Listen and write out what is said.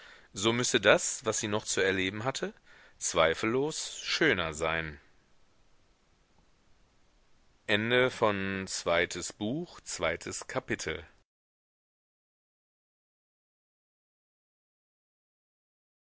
so müsse das was sie noch zu erleben hatte zweifellos schöner sein drittes kapitel